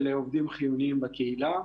של עובדים חיוניים בקהילה,